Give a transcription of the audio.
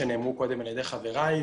חבריי,